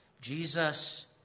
jesus